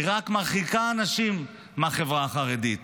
רק מרחיק האנשים מהחברה החרדית